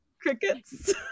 crickets